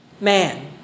man